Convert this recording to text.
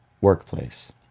workplace